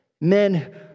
men